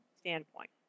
standpoint